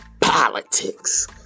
politics